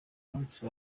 munsi